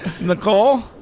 Nicole